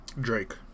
Drake